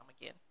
again